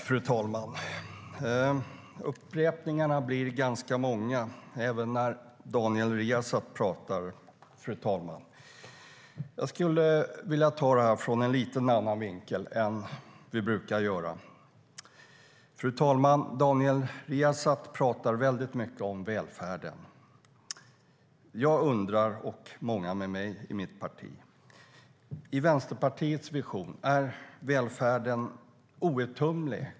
Fru talman! Upprepningarna blir ganska många även när Daniel Riazat pratar. Jag skulle vilja ta upp detta ur en lite annan vinkel än vad vi brukar göra. Daniel Riazat pratar väldigt mycket om välfärden. Jag och många med mig i mitt parti undrar en sak. I Vänsterpartiets vision, är välfärden outtömlig?